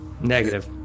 negative